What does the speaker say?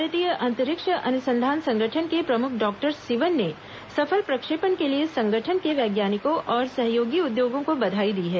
भारतीय अंतरिक्ष अनुसंधान संगठन के प्रमुख डॉक्टर सिवन ने सफल प्रक्षेपण के लिए संगठन के वैज्ञानिकों और सहयोगी उद्योगों को बधाई दी है